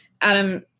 Adam